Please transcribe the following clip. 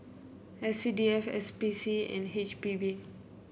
S C D F S P C and H P B